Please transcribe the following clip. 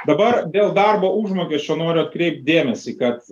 dabar dėl darbo užmokesčio noriu atkreipt dėmesį kad